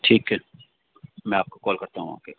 ठीक है मैं आपको कॉल करता हूँ आके